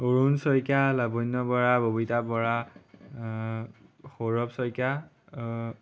Arun Saikia Labanya Bora Babita Bora Sourav Saikia